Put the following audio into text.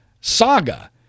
saga